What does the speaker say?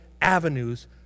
avenues